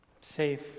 safe